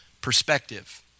perspective